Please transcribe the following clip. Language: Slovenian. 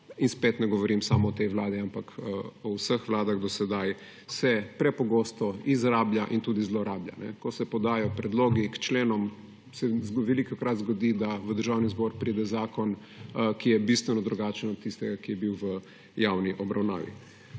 in spet ne govorim samo o tej vladi, ampak o vseh vladah do sedaj – se prepogosto izrablja in tudi zlorablja. Ko se podajo predlogi k členom, se velikokrat zgodi, da v državni zbor pride zakon, ki je bistveno drugačen od tistega, ki je bil v javni obravnavi.